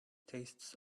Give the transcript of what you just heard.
tastes